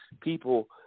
people